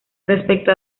respecto